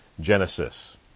Genesis